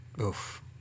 Oof